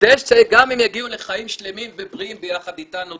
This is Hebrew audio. כדי שגם הם יגיע לחיים שלמים ובריאים ביחד איתנו.